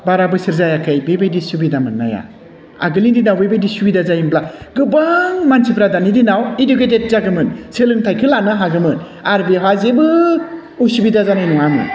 बारा बोसोर जायाखै बेबायदि सुबिदा मोन्नाया आगोलनि दिनाव बेबायदि सुबिदा जायोमोनब्ला गोबां मानसिफ्रा दानि दिनाव इडुकेटेड जागौमोन सोलोंथाइखौ लानो हागौमोन आरो बेहा जेबो उसुबिदा जानाय नङामोन